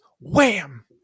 wham